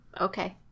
Okay